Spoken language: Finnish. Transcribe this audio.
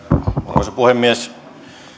arvoisa puhemies